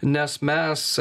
nes mes